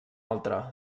altre